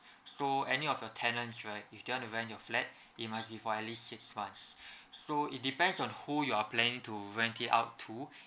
so any of the tenants right if you want to rent your flat it must be for at least six months so it depends on who you are planning to rent it out to